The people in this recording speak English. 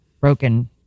broken